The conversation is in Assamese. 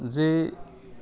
যে